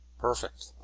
Perfect